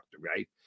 right